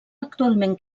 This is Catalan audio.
actualment